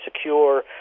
secure